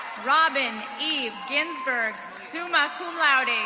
robyn eve ginsberg, summa cum laude. and